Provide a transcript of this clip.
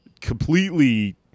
completely